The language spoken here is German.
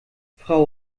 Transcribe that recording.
frau